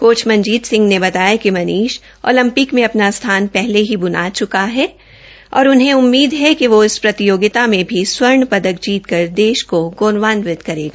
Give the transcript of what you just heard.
coach Manjeet Singh ने बताया कि मनीष ओलपिंक में अपना स्थान पहले ही बना चुका है और उन्हें उम्मीद है कि वो इस प्रतियोगिता में भी स्वर्ण पदक जीत कर देश को गौरवान्वित करेगा